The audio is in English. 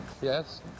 yes